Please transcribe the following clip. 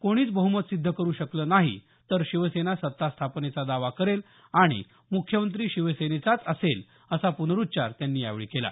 कोणीच बहुमत सिद्ध करू शकलं नाही तर शिवसेना सत्ता स्थापनेचा दावा करेल आणि मुख्यमंत्री शिवसेनेचाच असेल असा पुनरुच्चार त्यांनी यावेळी केला